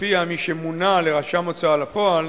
שלפיה מי שמונה לרשם הוצאה לפועל